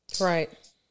right